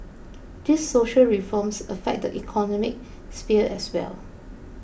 these social reforms affect the economic sphere as well